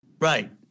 Right